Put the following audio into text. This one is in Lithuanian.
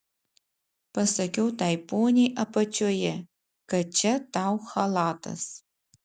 pasakiau tai poniai apačioje kad čia tau chalatas